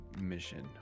mission